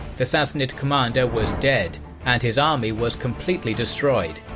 the sassanid commander was dead and his army was completely destroyed,